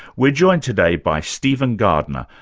we're joined today by stephen gardiner,